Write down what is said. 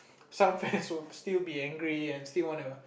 some fans were still be angry and still wanna